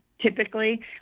typically